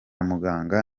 muganga